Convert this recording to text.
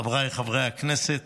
חבריי חברי הכנסת,